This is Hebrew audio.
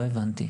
לא הבנתי.